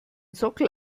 sockel